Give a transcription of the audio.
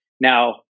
now